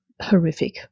horrific